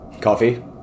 Coffee